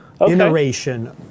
Iteration